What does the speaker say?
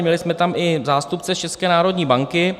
Měli jsme tam i zástupce České národní banky.